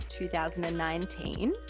2019